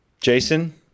Jason